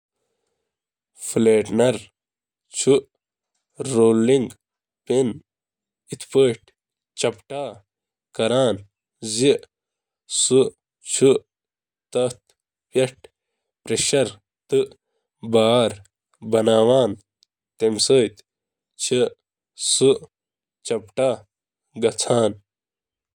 اکھ rolling pin چُھ آٹہٕ پیٹھ تمام طرفن پیٹھ دباؤ لگٲوتھ آٹا ہموار کران یوتام نہٕ یہٕ مطلوبہ موچر تہٕ شکلہٕ تام واتہٕ۔ رولنگ پِن استعمال کرنہٕ خٲطرٕ چھِ یِم کینٛہہ تجاویز۔